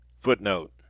Footnote